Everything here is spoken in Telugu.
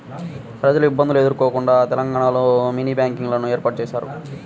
ప్రజలు ఇబ్బందులు ఎదుర్కోకుండా తెలంగాణలో మినీ బ్యాంకింగ్ లను ఏర్పాటు చేశారు